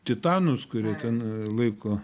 titanus kurie ten laiko